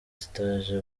stage